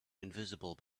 invisible